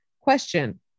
Question